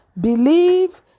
believe